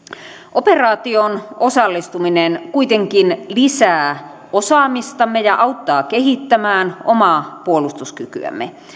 operaatioon osallistuminen kuitenkin lisää osaamistamme ja auttaa kehittämään omaa puolustuskykyämme